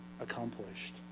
accomplished